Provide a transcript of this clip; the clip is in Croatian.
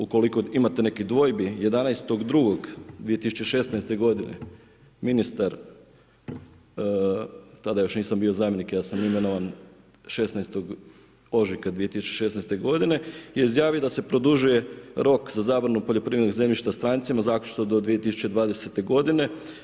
Ukoliko imate nekih dvojbi, 11.2.2016. godine ministar, tada još nisam bio zamjenik, ja sam imenovan 16. ožujka 2016. godine je izjavio da se produžuje rok za zabranu poljoprivrednog zemljišta stranica zaključno do 2020. godine.